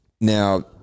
now